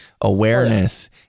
awareness